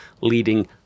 leading